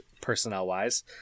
personnel-wise